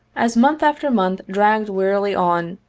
as month after month dragged wearily on,